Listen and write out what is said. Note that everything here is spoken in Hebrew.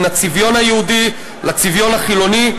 בין הצביון היהודי לצביון החילוני,